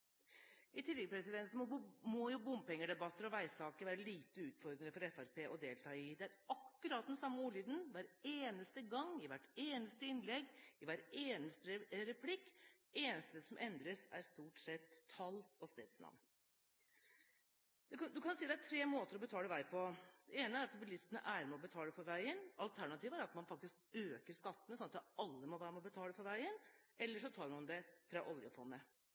i tillegg tar mål av seg til å sitte i regjering sammen med Høyre. Man kan bare undre seg på hva slags økonomisk politikk vi vil få med Fremskrittspartiet og Høyre i regjering – hvis så skulle bli tilfellet. Dessuten må debatter om bompenger og veisaker være lite utfordrende for Fremskrittspartiet å delta i. Det er akkurat den samme ordlyden hver eneste gang, i hvert eneste innlegg, i hver eneste replikk. Det eneste som endres, er stort sett tall og stedsnavn. Man kan si at det er tre måter å betale vei på: Den ene er at bilistene er med